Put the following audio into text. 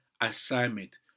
assignment